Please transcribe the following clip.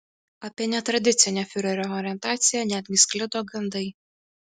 apie netradicinę fiurerio orientaciją netgi sklido gandai